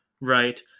right